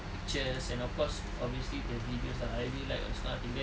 pictures and of course obviously the videos lah I really like this kind of things then